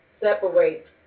separate